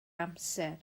amser